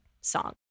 song